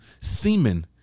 semen